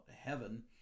heaven